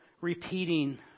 repeating